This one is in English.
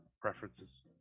preferences